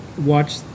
watch